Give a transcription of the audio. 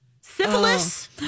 Syphilis